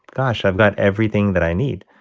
gosh, i've got everything that i need.